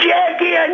Jackie